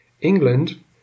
England